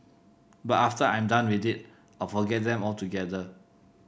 but after I'm done with it I'll forget them altogether